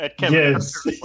Yes